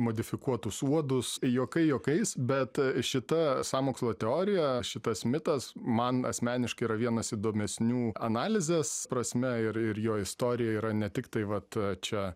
modifikuotus uodus juokai juokais bet šita sąmokslo teorija šitas mitas man asmeniškai yra vienas įdomesnių analizės prasme ir ir jo istorija yra ne tiktai vat čia